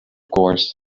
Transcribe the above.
course